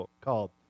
called